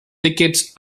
thickets